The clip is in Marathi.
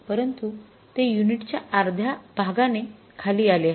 परंतु ते युनिटच्या अर्ध्या भागाने खाली आले आहे